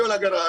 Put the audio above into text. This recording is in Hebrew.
שילמתי אגרות,